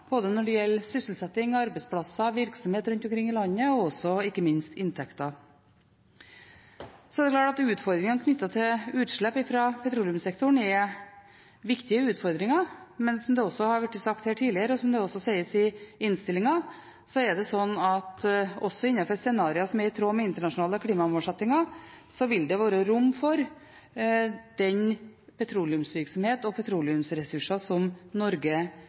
både sysselsetting, arbeidsplasser, virksomhet rundt omkring i landet og ikke minst inntekter. Det er klart at utfordringene knyttet til utslipp fra petroleumssektoren er viktige utfordringer. Men som det har vært sagt her tidligere, og som også blir sagt i innstillingen, vil det også innenfor scenarier som er i tråd med internasjonale klimamålsettinger, være rom for den petroleumsvirksomheten og de petroleumsressursene som Norge